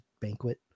banquet